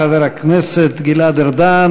חבר הכנסת גלעד ארדן,